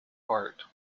heart